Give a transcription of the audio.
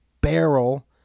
barrel